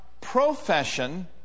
profession